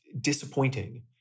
disappointing